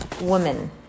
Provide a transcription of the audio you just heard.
woman